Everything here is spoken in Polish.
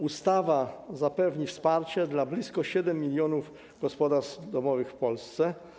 Ustawa zapewni wsparcie dla blisko 7 mln gospodarstw domowych w Polsce.